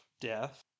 death